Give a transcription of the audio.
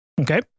Okay